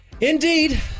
Indeed